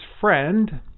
friend